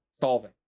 solving